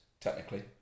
technically